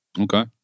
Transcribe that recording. Okay